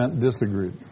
disagreed